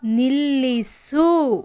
ನಿಲ್ಲಿಸು